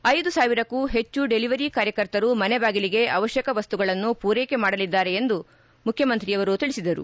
ಐದು ಸಾವಿರಕ್ಕೂ ಹೆಚ್ಚು ಡೆಲಿವರಿ ಕಾರ್ಯಕರ್ತರು ಮನೆಬಾಗಿಲಿಗೆ ಅವಶ್ಯಕ ವಸ್ತುಗಳನ್ನು ಮೂರೈಕೆ ಮಾಡಲಿದ್ದಾರೆ ಎಂದು ಮುಖ್ಯಮಂತ್ರಿಯವರು ತಿಳಿಸಿದರು